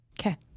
Okay